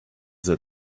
that